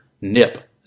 nip